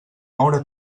moure